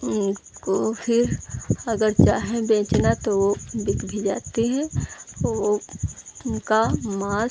उनको फिर अगर चाहे बेचना तो वह बिक भी जाते हैं तो उनका मांस